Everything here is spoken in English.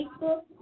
Facebook